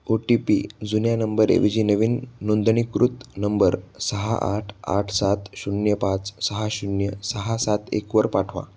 ओ T P जुन्या नंबरऐवजी नवीन नोंदणीकृत नंबर सहा आठ आठ सात शून्य पाच सहा शून्य सहा सात एकवर पाठवा